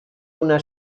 una